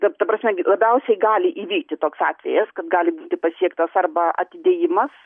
ta ta prasme g labiausiai gali įvykti toks atvejis kad gali būti pasiektas arba atidėjimas